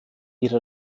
ihre